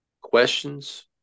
questions